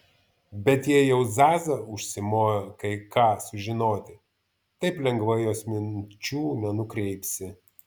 bet jei jau zaza užsimojo kai ką sužinoti taip lengvai jos minčių nenukreipsi